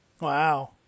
Wow